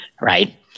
Right